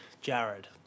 Jared